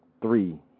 three